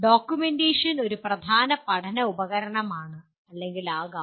documentation ഒരു പ്രധാന പഠന ഉപകരണമാണ് ആകാം